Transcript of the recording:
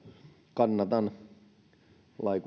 kannatan lain